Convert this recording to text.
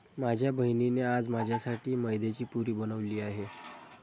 माझ्या बहिणीने आज माझ्यासाठी मैद्याची पुरी बनवली आहे